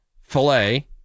filet